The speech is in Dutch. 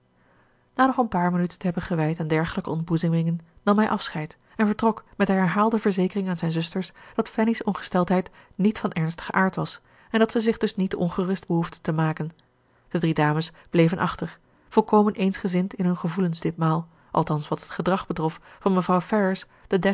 na nog een paar minuten te hebben gewijd aan dergelijke ontboezemingen nam hij afscheid en vertrok met de herhaalde verzekering aan zijn zusters dat fanny's ongesteldheid niet van ernstigen aard was en dat zij zich dus niet ongerust behoefden te maken de drie dames bleven achter volkomen eensgezind in hun gevoelens ditmaal althans wat het gedrag betrof van mevrouw